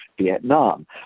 Vietnam